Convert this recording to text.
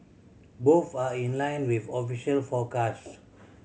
both are in line with official forecasts